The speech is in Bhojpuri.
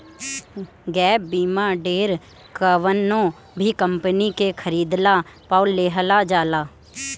गैप बीमा ढेर कवनो भी कंपनी के खरीदला पअ लेहल जाला